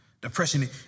Depression